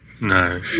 No